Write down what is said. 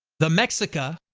the mexica,